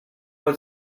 what